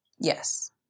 Yes